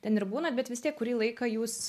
ten ir būnat bet vis tiek kurį laiką jūs